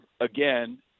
again